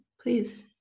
please